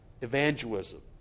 evangelism